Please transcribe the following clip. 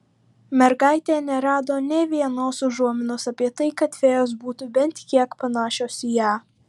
mergaitė nerado nė vienos užuominos apie tai kad fėjos būtų bent kiek panašios į ją